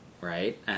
right